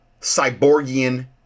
cyborgian